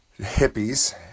hippies